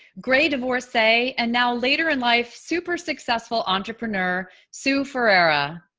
gray divorcee and now later in life super, successful entrepreneur, sue ferreira.